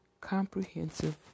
comprehensive